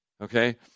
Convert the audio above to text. Okay